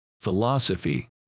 philosophy